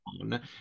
on